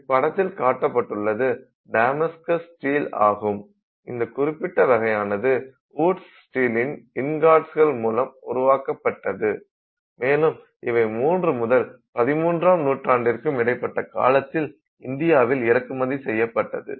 இப்படத்தில் காட்டப்பட்டுள்ளது Damascus steel ஆகும் இந்த குறிப்பிட்ட வகையானது ஊட்ஸ் ஸ்டீல்லின் இன்காட்ஸ்கள் மூலம் உருவாக்கப்பட்டது மேலும் இவை மூன்று முதல் பதிமூன்றாம் நூற்றாண்டிற்கும் இடைப்பட்ட காலத்தில் இந்தியாவில் இறக்குமதி செய்யப்பட்டது